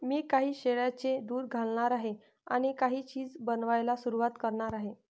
मी काही शेळ्यांचे दूध घालणार आहे आणि काही चीज बनवायला सुरुवात करणार आहे